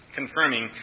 confirming